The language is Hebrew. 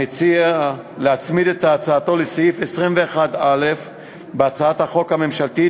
להצמיד את ההצעה לסעיף 21א בהצעת החוק הממשלתית